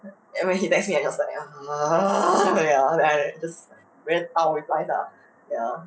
and when he text me I was like ya then I just then our replies are ya